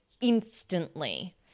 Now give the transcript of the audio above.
instantly